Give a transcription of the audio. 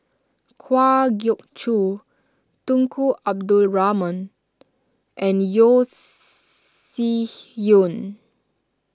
Kwa Geok Choo Tunku Abdul Rahman and Yeo Shih Yun